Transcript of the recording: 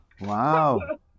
Wow